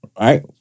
right